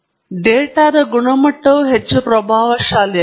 ಮಾಪನ y ಮತ್ತು ನಾನು ಪ್ರಕ್ರಿಯೆಗೆ ನೀಡಿದ ಇನ್ಪುಟ್ಗೆ ಮಾತ್ರ ನನಗೆ ಪ್ರವೇಶವಿದೆ